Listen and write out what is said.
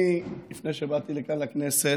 אני, לפני שבאתי לכאן לכנסת,